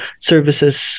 services